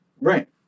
Right